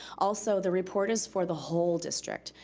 also the report is for the whole district,